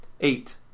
Eight